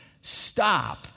stop